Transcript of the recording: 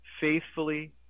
faithfully